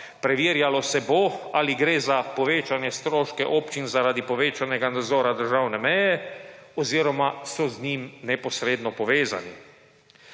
Preverjalo se bo ali gre za povečanje stroške občine, zaradi povečanega nadzora državne meje oziroma so z njim neposredno povezani.